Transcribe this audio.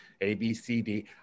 ABCD